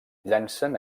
llancen